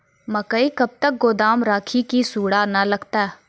मकई कब तक गोदाम राखि की सूड़ा न लगता?